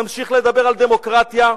נמשיך לדבר על דמוקרטיה.